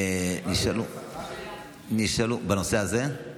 בנושא הזה?